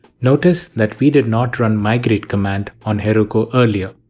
notice that we did not run migrate command on heroku earlier.